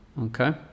okay